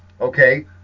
okay